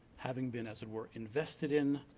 having been as it were invested in,